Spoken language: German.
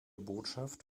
botschaft